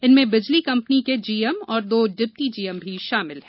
इनमें बिजली कंपनी के जीएम और दो डिप्टी जीएम शामिल है